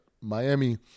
Miami